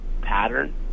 pattern